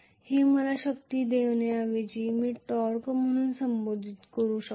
हे मला शक्ती देण्याऐवजी मी टॉर्क म्हणून संबोधित करू शकतो